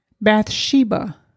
Bathsheba